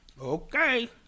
Okay